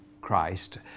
Christ